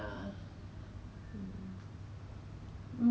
至于 reasonable like 也是十五块